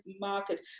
market